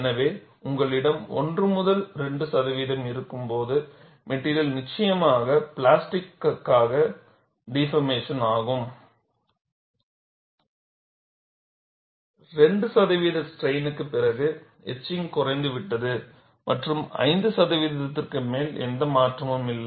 எனவே உங்களிடம் 1 முதல் 2 சதவிகிதம் இருக்கும்போது மெட்டிரியல் நிச்சயமாக பிளாஸ்டிக்காக டிபார்மேசன் ஆகும் 2 சதவிகித ஸ்ட்ரைன் க்கு பிறகு எட்சிங்க் குறைந்துவிட்டது மற்றும் 5 சதவிகிதத்திற்கு மேல் எந்த மாற்றமும் இல்லை